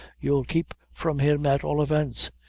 you'll keep from him at all events.